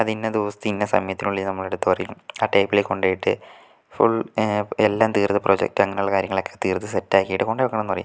അത് ഇന്ന ദിവസത്ത് ഇന്ന സമയത്തിനുള്ളിൽ നമ്മളടത്ത് പറയും ആ ടേബിളിൽ കൊണ്ട് പോയിട്ട് ഫുൾ എല്ലാം തീർത്ത് പ്രൊജക്റ്റ് അങ്ങനെയുള്ള കാര്യങ്ങളൊക്കെ തീർത്ത് സെറ്റാക്കിയിട്ട് കൊണ്ട് വെക്കണമെന്ന് പറയും